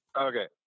Okay